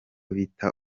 bita